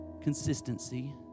consistency